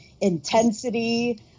intensity